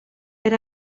per